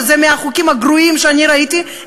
שזה מהחוקים הגרועים שאני ראיתי,